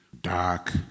Dark